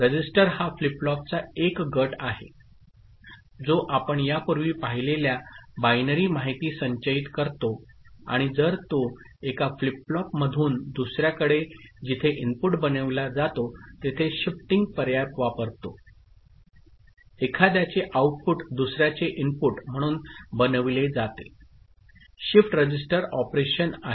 register हा flip फ्लॉपचा एक गट आहे जो आपण यापूर्वी पाहिलेल्या बायनरी माहिती संचयित करतो आणि जर तो एका फ्लिप फ्लॉपमधून दुसर्याकडे जिथे इनपुट बनविला जातो तेथे शिफ्टिंग पर्याय वापरतो एखाद्याचे आउटपुट दुसर्याचे इनपुट म्हणून बनविले जाते शिफ्ट रजिस्टर ऑपरेशन आहे